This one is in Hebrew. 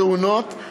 תאונות,